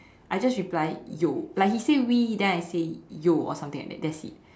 I just replied yo like he say we then I say yo or something like that that's it